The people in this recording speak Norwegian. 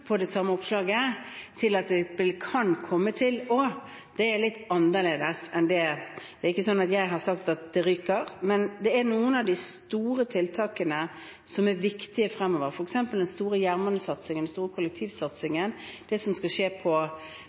på det samme oppslaget til at det «kan komme til» å ryke, og det er litt annerledes. Det er ikke slik at jeg har sagt at det ryker, men det er noen av de store tiltakene som er viktige fremover, f.eks. den store jernbanesatsingen, den store kollektivsatsingen, det som skal skje